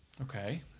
Okay